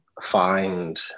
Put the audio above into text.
find